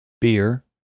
beer